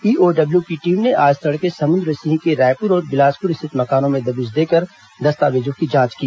EOW के team ने आज तड़के समुन्द्र सिंह के रायपुर और बिलासपुर स्थित मकानों में दबिश देकर दस्तावेजों की जांच की